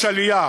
יש עלייה